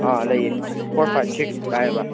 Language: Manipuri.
ꯑ ꯂꯩꯌꯦ ꯐꯣꯔ ꯐꯥꯏꯚ ꯁꯤꯛꯁ ꯂꯥꯛꯑꯦꯕ